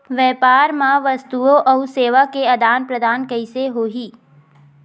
व्यापार मा वस्तुओ अउ सेवा के आदान प्रदान कइसे होही?